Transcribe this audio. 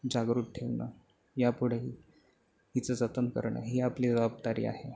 जागृत ठेवणं या पुढेही तिचं जतन करणं ही आपली जबाबदारी आहे